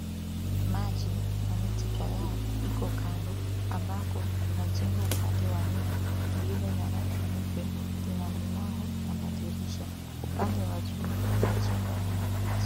Maji na miti kadhaa, iko kando ambako kuna jengo upande wa nyuma iliyo na rangi nyeupe, lina milango na madirisha. Upande wa juu umejengwa na makuti.